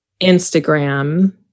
Instagram